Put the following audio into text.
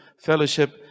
fellowship